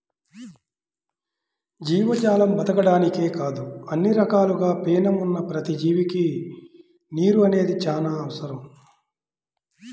జీవజాలం బతకడానికే కాదు అన్ని రకాలుగా పేణం ఉన్న ప్రతి జీవికి నీరు అనేది చానా అవసరం